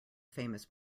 famous